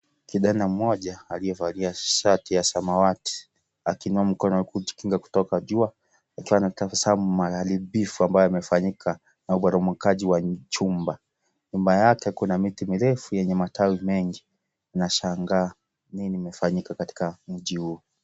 Kijana mmoja aliyevalia shati ya samawati, akiinua mkono kujikinga kutoka jua na anatazama maharibifu ambayo yamefanyika na uboromokaji wa chumba, nyuma yake kuna miti mirefu yenye matawi mengi, anashangaa nini imefanyika katika mji huu.